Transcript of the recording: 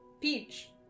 peach